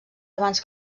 abans